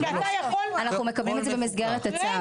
אנחנו מקבלים את זה במסגרת הצו.